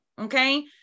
okay